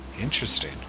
Interesting